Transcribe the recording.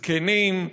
זקנים,